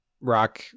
rock